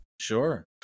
Sure